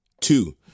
Two